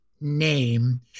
name